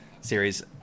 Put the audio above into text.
series